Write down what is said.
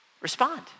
Respond